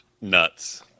nuts